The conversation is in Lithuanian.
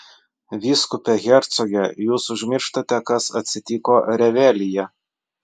vyskupe hercoge jūs užmirštate kas atsitiko revelyje